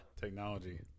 technology